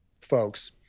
folks